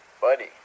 buddy